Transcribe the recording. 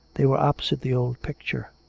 they were opposite the old picture.